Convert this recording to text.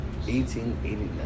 1889